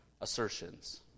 assertions